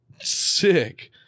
Sick